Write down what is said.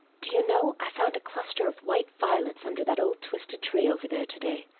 do you know, i found a cluster of white violets under that old twisted tree over there today?